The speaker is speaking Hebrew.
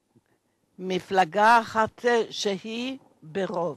שנה, שבחרו ממשלת רוב.